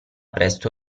presto